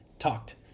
talked